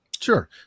Sure